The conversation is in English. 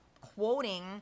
quoting